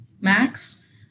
max